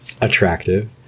attractive